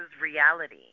reality